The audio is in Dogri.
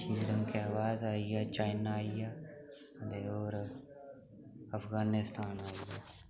श्रीलंका दे बाद आई गेआ चाइना आई गेआ ते होर अफ्गानिस्तान आई गेआ